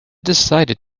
decided